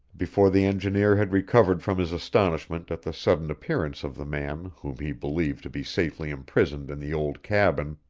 before the engineer had recovered from his astonishment at the sudden appearance of the man whom he believed to be safely imprisoned in the old cabin,